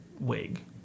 WIG